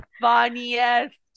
funniest